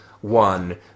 one